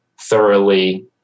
thoroughly